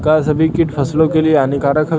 का सभी कीट फसलों के लिए हानिकारक हवें?